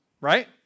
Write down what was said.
right